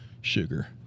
sugar